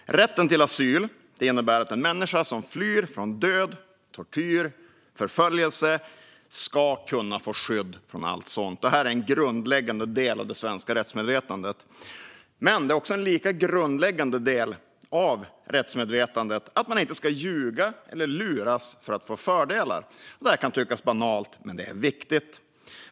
Herr talman! Rätten till asyl innebär att en människa som flyr från död, tortyr och förföljelse ska kunna få skydd från allt sådant. Det är en grundläggande del av det svenska rättsmedvetandet. En lika grundläggande del av rättsmedvetandet är att man inte ska ljuga eller luras för att få fördelar. Det kan tyckas banalt, men det är viktigt.